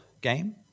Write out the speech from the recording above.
game